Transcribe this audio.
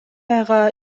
айга